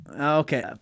Okay